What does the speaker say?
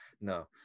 no